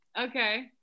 Okay